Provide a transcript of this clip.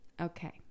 Okay